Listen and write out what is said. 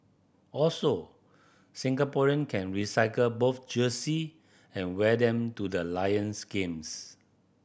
also Singaporean can recycle both jersey and wear them to the Lions games